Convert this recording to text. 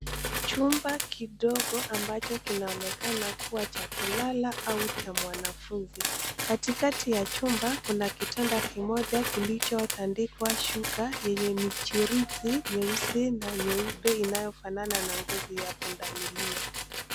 Jumba kidogo ambacho kinaonekana kuwa cha kulala au cha mwanafunzi katikati ya jumba kuna kitanda kimoja kilicho tandikwa shuka enye michirizi nyeusi na nyeupe inayofanana na ngozi ya punda milia.